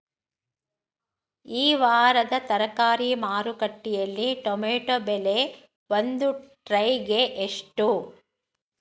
ಈ ವಾರದ ತರಕಾರಿ ಮಾರುಕಟ್ಟೆಯಲ್ಲಿ ಟೊಮೆಟೊ ಬೆಲೆ ಒಂದು ಟ್ರೈ ಗೆ ಎಷ್ಟು?